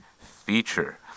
feature